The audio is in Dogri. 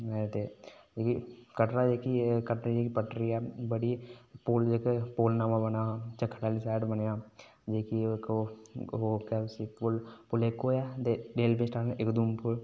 ते जेह्की कटरा जेह्की पटरी ऐ पुल जेह्का नमां बने दा झक्खड़ आह्ली साइड बनेआ जेह्का ओह् केह् आखदे उसी पुल इको ऐ रेलबे स्डटैंड इक उधमपुर